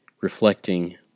reflecting